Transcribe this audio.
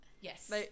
Yes